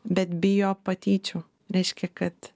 bet bijo patyčių reiškia kad